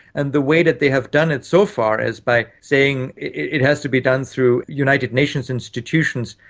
and the way that they have done it so far is by saying it it has to be done through united nations institutions,